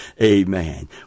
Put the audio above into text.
Amen